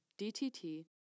DTT